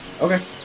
Okay